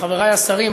חברי השרים,